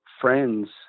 friends